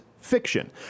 fiction